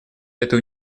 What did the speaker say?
это